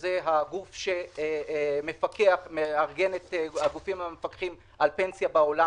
שזה הגוף שמפקח ומארגן את הגופים המפקחים על פנסיה בעולם